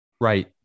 Right